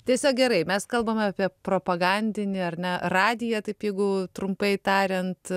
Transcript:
tiesiog gerai mes kalbame apie propagandinį ar ne radiją taip jeigu trumpai tariant